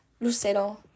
Lucero